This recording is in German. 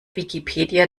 wikipedia